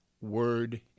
word